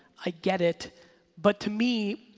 i get it but to me,